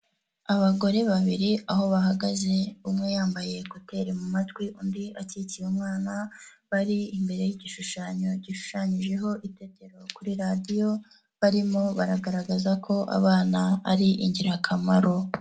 Abagore babiri aho bahagaze umwe yambaye ekuteri mu matwi undi akikiye umwana, bari imbere y'igishushanyo gishushanyijeho iterero kuri radiyo, barimo baragaragaza ko abana ari ingirakamaro.